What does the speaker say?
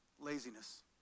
Laziness